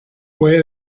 puede